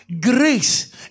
Grace